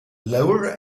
lower